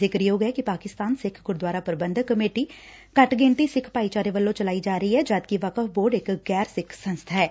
ਜ਼ਿਕਰਯੋਗ ਐ ਕਿ ਪਾਕਿਸਤਾਨ ਸਿੱਖ ਗੁਰਦੁਆਰਾ ਪ੍ਰਬੰਧਕ ਕਮੇਟੀ ਘੱਟ ਗਿਣਤੀ ਸਿੱਖ ਭਾਈਚਾਰੇ ਵੱਲੋ' ਚਲਾਈ ਜਾ ਰਹੀ ਐ ਜਦਕਿ ਵਕਫ਼ ਬੋਰਡ ਇਕ ਗੈਰ ਸਿੱਖ ਸੰਸਬਾ ਐ